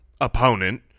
opponent